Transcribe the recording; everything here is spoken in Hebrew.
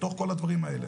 בתוך כל הדברים האלה.